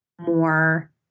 more